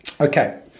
Okay